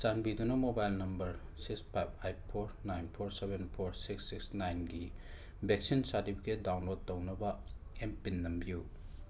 ꯆꯥꯟꯕꯤꯗꯨꯅ mobile number six five eight four nine four seven four six six ꯅꯥꯏꯟꯒꯤ vaccine certificate download ꯇꯧꯅꯕ M PIN ꯅꯝꯕꯤꯌꯨ